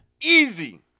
Easy